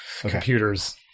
computers